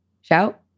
Shout